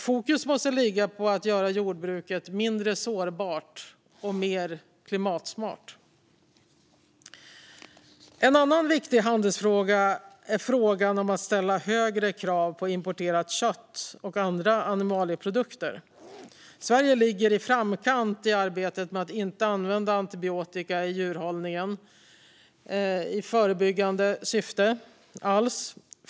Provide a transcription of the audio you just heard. Fokus måste ligga på att göra jordbruket mindre sårbart och mer klimatsmart. En annan viktig handelsfråga är frågan om att ställa högre krav på importerat kött och andra animalieprodukter. Sverige ligger i framkant i arbetet med att inte alls använda antibiotika i djurhållningen i förebyggande syfte.